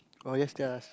oh yes theirs